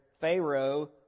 Pharaoh